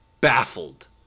baffled